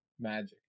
magic